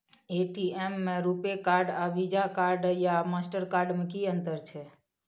ATM में RuPay card आर Visa card या मास्टर कार्ड में कि अतंर छै?